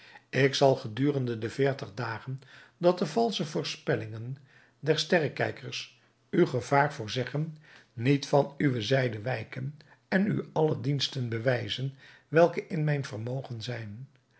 ik zal gedurende de veertig dagen dat de valsche voorspellingen der sterrekijkers u gevaar voorzeggen niet van uwe zijde wijken en u alle diensten bewijzen welke in mijn vermogen zijn